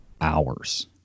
hours